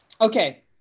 Okay